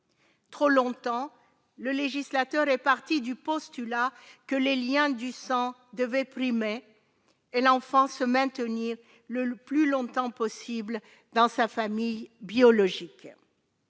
Trop longtemps, le législateur est parti du postulat que les Liens du sang devait primer et l'enfant se maintenir le plus longtemps possible dans sa famille biologique.